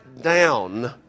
down